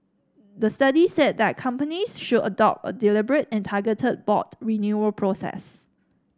the study said that companies should adopt a deliberate and targeted board renewal process